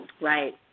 Right